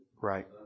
Right